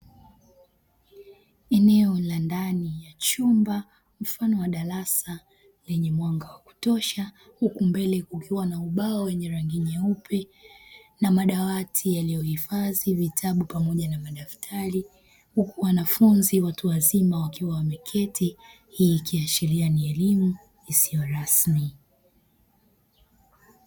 Eneo la ndani ya chumba mfano wa darasa lenye mwanga wa kutosha huku mbele kukiwa na ubao wenye rangi nyeupe na madawati yaliyo hifadhi vitabu pamoja na madaftari huku wanafunzi watu wazima wakiwa wameketi hii ikiashiria ni elimu isiyo rasmi.